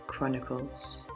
Chronicles